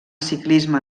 ciclisme